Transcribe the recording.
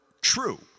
true